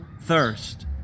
thirst